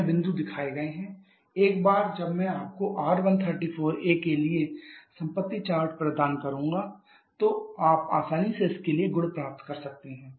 स्थिति बिंदु दिखाए गए हैं एक बार जब मैं आपको R134a के लिए संपत्ति चार्ट प्रदान करता हूं तो आप आसानी से इसके लिए गुण पा सकते हैं